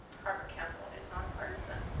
harbor council is non-partisan.